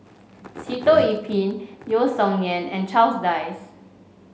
Sitoh Yih Pin Yeo Song Nian and Charles Dyce